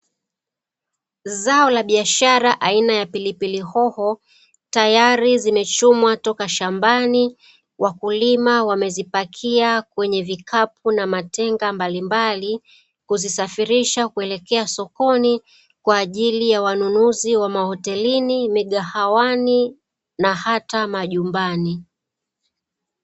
Zao la biashara aina ya pilipili hoho tayari zichumwa kutoka shambani wakulima wamezipakia kwenye vikapu na matenga mbalimbali kuzisafirisha kuelekea sokoni kwa ajili ya manunuzi ya hotelini, migahawani na hata majumbani.